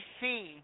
see